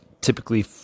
typically